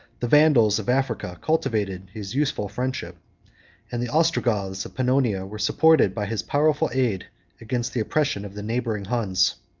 the vandals of africa cultivated his useful friendship and the ostrogoths of pannonia were supported by his powerful aid against the oppression of the neighboring huns.